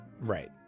Right